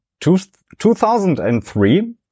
2003